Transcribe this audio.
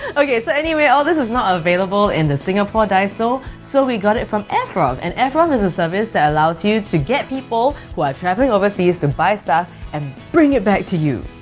okay. so anyway, all this is not available in the singapore daiso so we got it from airfrov! and airfrov is a service that allows you to get people who are travelling overseas to buy stuff and bring it back to you.